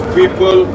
people